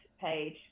page